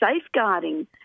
safeguarding